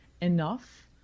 enough